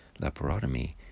laparotomy